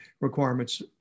requirements